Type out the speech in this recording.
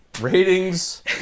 Ratings